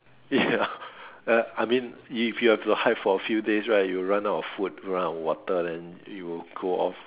ya err I mean if you have to hide for a few days right you run out of food run out of water then you will go off